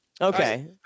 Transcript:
Okay